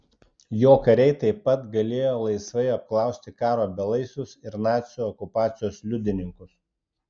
jo kariai taip pat galėjo laisvai apklausti karo belaisvius ir nacių okupacijos liudininkus